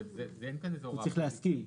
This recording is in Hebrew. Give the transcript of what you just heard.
הוא צריך להסכים.